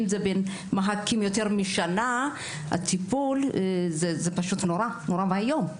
אם מחכים יותר משנה לטיפול זה פשוט נורא ואיום.